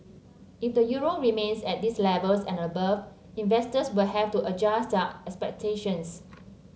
if the euro remains at these levels and above investors will have to adjust their expectations